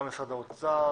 גם משרד האוצר,